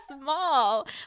small